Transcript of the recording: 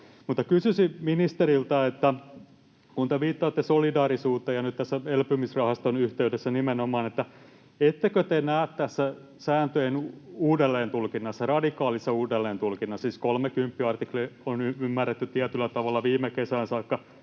kysyisin ministeriltä: kun te viittaatte solidaarisuuteen ja nimenomaan nyt tässä elpymisrahaston yhteydessä, niin ettekö te näe tässä sääntöjen uudelleentulkinnassa, radikaalissa uudelleentulkinnassa — siis 310 artikla on ymmärretty tietyllä tavalla viime kesään saakka